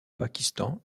pakistan